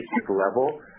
level